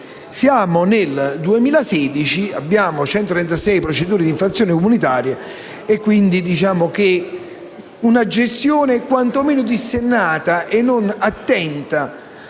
Siamo nel 2016 e abbiamo 136 procedure di infrazione comunitaria. Possiamo, quindi dire che una gestione quantomeno dissennata e non attenta